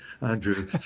Andrew